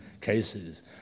cases